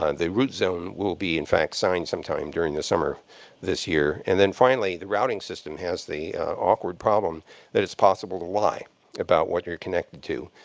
um the root zone will be, in fact, signed sometime during the summer this year. and then, finally, the routing system has the awkward problem that it's possible to lie about what you're connected to.